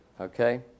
Okay